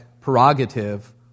prerogative